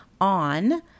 on